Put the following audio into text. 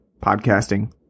podcasting